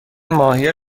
ماهی